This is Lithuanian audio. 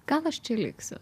gal aš čia liksiu